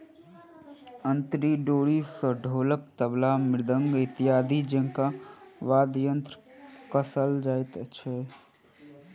अंतरी डोरी सॅ ढोलक, तबला, मृदंग इत्यादि जेंका वाद्य यंत्र कसल जाइत छै